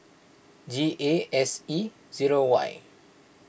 G A S E zero Y